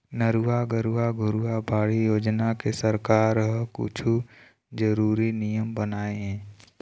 नरूवा, गरूवा, घुरूवा, बाड़ी योजना के सरकार ह कुछु जरुरी नियम बनाए हे